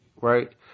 right